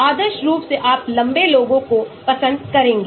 आदर्श रूप से आप लंबे लोगों को पसंद करेंगे